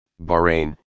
Bahrain